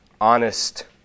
honest